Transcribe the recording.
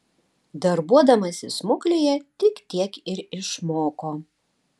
darbuodamasi smuklėje tik tiek ir išmoko